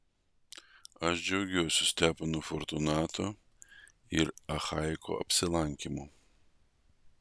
aš džiaugiuosi stepono fortunato ir achaiko apsilankymu